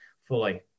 fully